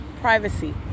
privacy